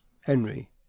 Henry